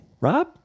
Rob